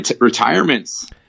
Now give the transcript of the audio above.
retirements